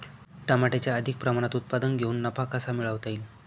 टमाट्याचे अधिक प्रमाणात उत्पादन घेऊन नफा कसा मिळवता येईल?